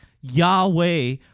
Yahweh